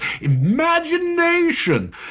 Imagination